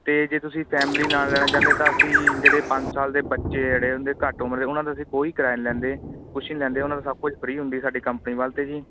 ਅਤੇ ਜੇ ਤੁਸੀਂ ਫੈਮਲੀ ਨਾਲ ਲੈਣਾ ਚਾਹੁੰਦੇ ਹੋ ਤਾਂ ਅਸੀਂ ਜਿਹੜੇ ਪੰਜ ਸਾਲ ਦੇ ਬੱਚੇ ਜਿਹੜੇ ਹੁੰਦੇ ਘੱਟ ਉਮਰ ਦੇ ਉਹਨਾਂ ਦਾ ਅਸੀਂ ਕੋਈ ਕਿਰਾਇਆ ਨਹੀਂ ਲੈਂਦੇ ਕੁਛ ਨੀ ਲੈਂਦੇ ਉਹਨਾਂ ਦਾ ਸਭ ਕੁਛ ਫ੍ਰੀ ਹੁੰਦੀ ਸਾਡੀ ਕੰਪਨੀ ਵੱਲ ਤੋਂ ਜੀ